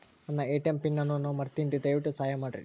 ನನ್ನ ATM PIN ಅನ್ನು ನಾನು ಮರಿತಿನ್ರಿ, ದಯವಿಟ್ಟು ಸಹಾಯ ಮಾಡ್ರಿ